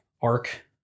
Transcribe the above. arc